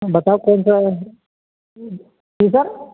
बताओ कौनसा जी सर